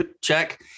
Check